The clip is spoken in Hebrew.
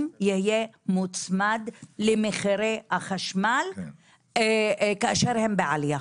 יהיה מוצמד למחירי החשמל כאשר הם בעלייה,